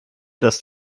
dass